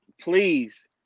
please